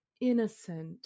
innocent